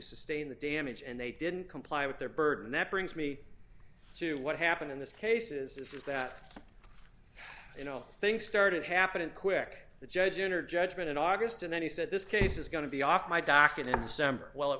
sustained the damage and they didn't comply with their burden and that brings me to what happened in this cases is that you know things started happening quick the judge entered judgment in august and then he said this case is going to be off my dock in assembler well